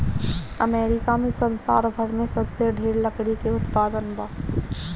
America में संसार भर में सबसे ढेर लकड़ी के उत्पादन बा